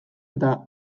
eta